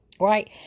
Right